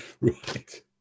Right